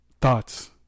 thoughts